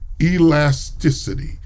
elasticity